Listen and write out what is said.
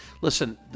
listen